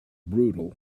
brutal